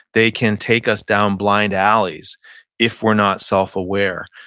they can take us down blind alleys if we're not self aware.